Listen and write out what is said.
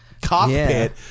cockpit